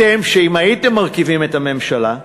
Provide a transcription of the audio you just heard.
אתם, שאם הייתם מרכיבים את הממשלה,